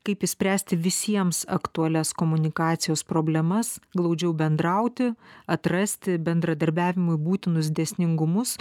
kaip išspręsti visiems aktualias komunikacijos problemas glaudžiau bendrauti atrasti bendradarbiavimui būtinus dėsningumus